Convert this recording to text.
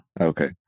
Okay